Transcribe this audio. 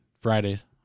Fridays